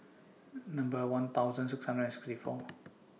Number one thousand six hundred and sixty four